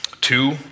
Two